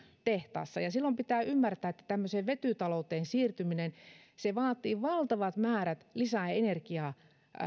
tehtaassa ja silloin pitää ymmärtää että tämmöiseen vetytalouteen siirtyminen vaatii valtavat määrät lisää energiaa